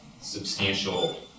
substantial